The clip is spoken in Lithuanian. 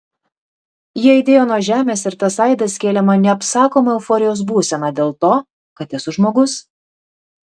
jie aidėjo nuo žemės ir tas aidas kėlė man neapsakomą euforijos būseną dėl to kad esu žmogus